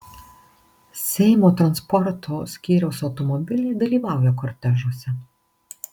seimo transporto skyriaus automobiliai dalyvauja kortežuose